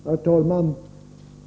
Herr talman!